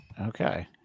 Okay